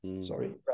Sorry